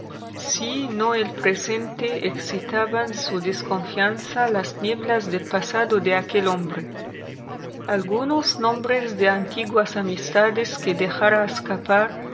si no el presente excitaban su desconfianza las nieblas del pasado de aquel hombre algunos nombres de antiguas amistades que dejara escapar